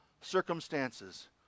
circumstances